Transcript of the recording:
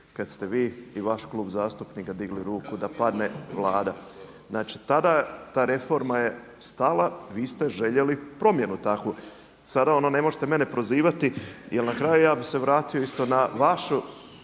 kada ste vi i vaš klub zastupnika digli ruku da padne vlada. Znači tada je ta reforma stala i vi ste željeli promjenu takvu. Sada ono ne možete mene prozivati jel na kraju ja bi se vratio isto na vašu.